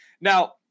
Now